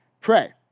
pray